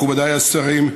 מכובדיי השרים,